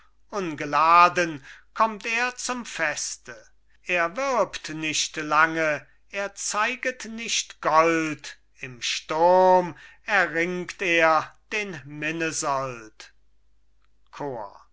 ungeladen kommt er zum feste er wirbt nicht lange er zeiget nicht gold im sturm erringt er den minnesold